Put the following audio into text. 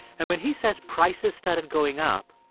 and when he says prices started going up,